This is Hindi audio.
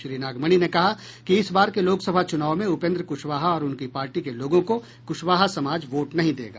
श्री नागमणि ने कहा कि इस बार के लोकसभा चुनाव में उपेन्द्र कुशवाहा और उनकी पार्टी के लोगों को कुशवाहा समाज वोट नहीं देगा